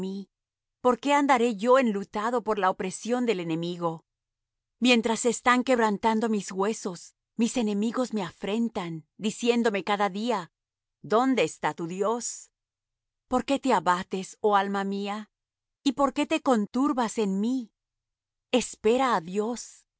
por qué andaré yo enlutado por la opresión del enemigo mientras se están quebrantando mis huesos mis enemigos me afrentan diciéndome cada día dónde está tu dios por qué te abates oh alma mía y por qué te conturbas